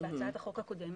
בהצעת החוק הקודמת.